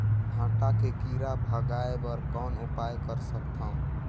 भांटा के कीरा भगाय बर कौन उपाय कर सकथव?